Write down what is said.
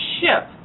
ship